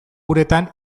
uretan